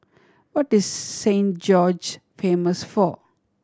what is Saint George famous for